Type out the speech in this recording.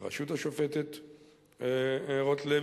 בראשות השופטת רוטלוי,